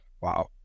Wow